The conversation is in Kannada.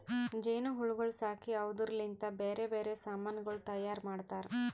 ಜೇನು ಹುಳಗೊಳ್ ಸಾಕಿ ಅವುದುರ್ ಲಿಂತ್ ಬ್ಯಾರೆ ಬ್ಯಾರೆ ಸಮಾನಗೊಳ್ ತೈಯಾರ್ ಮಾಡ್ತಾರ